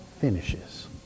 finishes